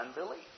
unbelief